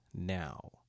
now